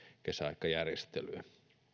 kesäaikajärjestelyä